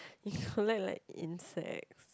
you collect like insects